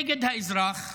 נגד האזרח,